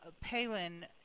Palin